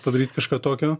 padaryt kažką tokio